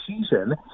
season